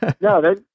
No